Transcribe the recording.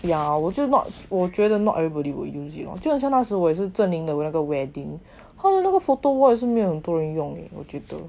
yeah 我觉得我觉得 not everybody would use it 就好像那时我在 zheng ming 的那个 wedding 他的那个 photo wall 也是没有很多人用我觉得